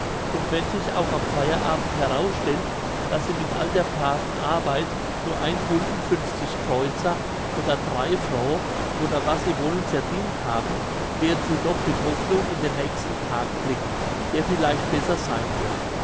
und wenn sich auch am feierabend herausstellt dass sie mit all der braven arbeit nur ein gulden kreuzer oder drei frau oder was sie wollen verdient haben werden sie doch mit hoffnung in den nächsten tag blicken der vielleicht besser sein wird